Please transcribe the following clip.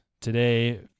today